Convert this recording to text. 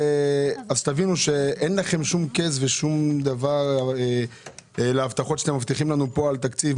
תבינו שאין שום case ושום דבר להבטחות שאתה מבטיחים לנו פה על תקציב,